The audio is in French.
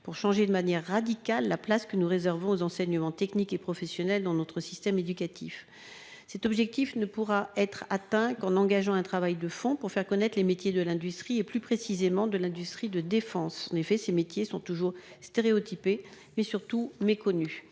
pour changer de manière radicale la place que nous réservons aux enseignements techniques et professionnels dans notre système éducatif. Cet objectif ne pourra être atteint qu'en engageant un travail de fond pour faire connaître les métiers de l'industrie, et plus précisément de l'industrie de défense. En effet, ces métiers sont toujours présentés de manière stéréotypée.